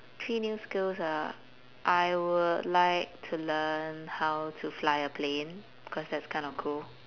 three new skills ah I would like to learn how to fly a plane cause that's kind of cool